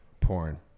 Porn